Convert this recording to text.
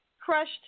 crushed